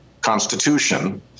Constitution